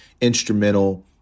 instrumental